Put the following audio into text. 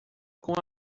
com